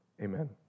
Amen